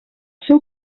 seu